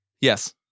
Yes